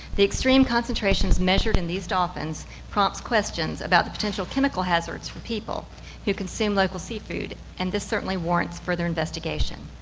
the extreme concentrations measured in these dolphins prompts questions about the potential chemical hazards for people who consume local seafood, and this certainly warrants further investigation.